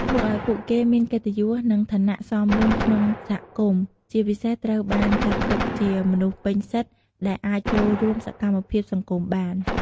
ធ្វើឲ្យពួកគេមានកិត្តិយស និងឋានៈសមរម្យក្នុងសហគមន៍ ជាពិសេសត្រូវបានចាត់ទុកជាមនុស្សពេញសិទ្ធិដែលអាចចូលរួមសកម្មភាពសង្គមបាន។